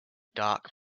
dark